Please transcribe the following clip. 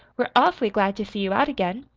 we're awfully glad to see you out again.